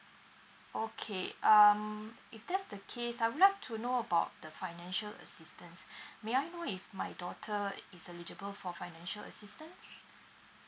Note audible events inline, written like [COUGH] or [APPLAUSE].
okay um if that's the case I would like to know about the financial assistance [BREATH] may I know if my daughter i~ is eligible for financial assistance